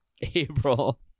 April